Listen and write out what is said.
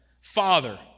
Father